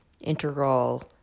integral